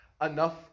enough